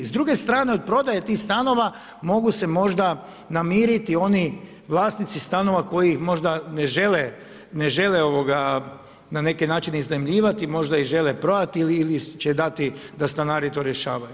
S druge strane od prodaje tih stanova mogu se možda namiriti oni vlasnici stanova koji možda ne žele na neki način iznajmljivati, možda ih žele prodati ili će dati da stanari to rješavaju.